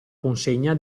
consegna